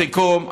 לסיכום,